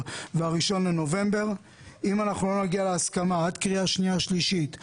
וה-1 בנובמבר 2022. אם לא נגיע להסכמה עד קריאה שנייה ושלישית,